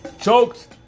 choked